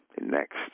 Next